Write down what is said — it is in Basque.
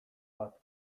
bat